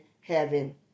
heaven